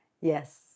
Yes